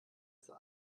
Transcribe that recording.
zur